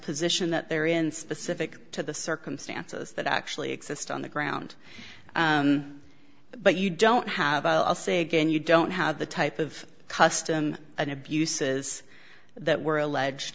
position that they're in specific to the circumstances that actually exist on the ground but you don't have i'll say again you don't have the type of custom and abuses that were alleged